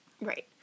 Right